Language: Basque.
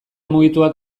mugituak